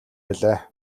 билээ